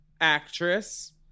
actress